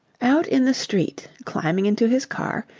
out in the street, climbing into his car,